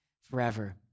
forever